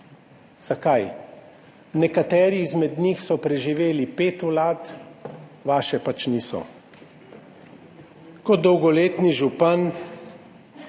Zakaj? Nekateri izmed njih so preživeli pet vlad, vaše pač niso. Kot dolgoletni župan